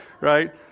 right